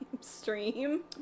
stream